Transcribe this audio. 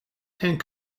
and